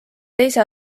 teise